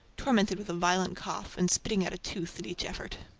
tormented with a violent cough, and spitting out a tooth at each effort.